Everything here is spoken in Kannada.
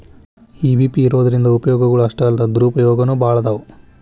ಇ.ಬಿ.ಪಿ ಇರೊದ್ರಿಂದಾ ಉಪಯೊಗಗಳು ಅಷ್ಟಾಲ್ದ ದುರುಪಯೊಗನೂ ಭಾಳದಾವ್